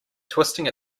twisting